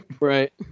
Right